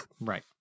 Right